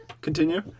Continue